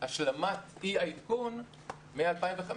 השלמת אי-העדכון מ-2015,